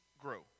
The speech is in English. grow